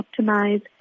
optimize